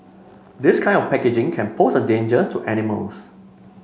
this kind of packaging can pose a danger to animals